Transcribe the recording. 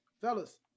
fellas